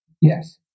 Yes